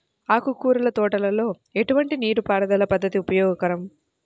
ఆకుకూరల తోటలలో ఎటువంటి నీటిపారుదల పద్దతి ఉపయోగకరం?